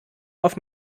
off